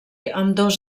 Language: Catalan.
ambdós